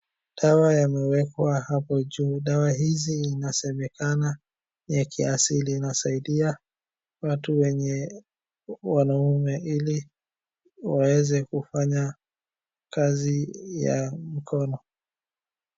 Dawa yamewekwa hapo juu, dawa hizi inasemekana ni ya kiasili, inasaidia watu wenye wanaume ili waweze kufanya kazi ya mikono.